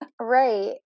Right